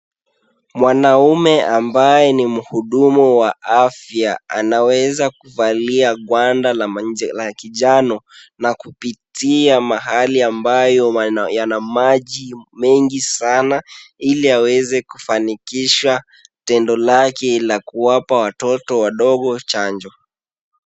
Mwanaume ambaye ni muhudumu wa afya, anaweza kuvalia ngwanda la kinjano na kupitia mahali ambayo yana maji mengi sana, ili aweze kufankisha tendo lake la kuwapa watoto wadogo chanjo.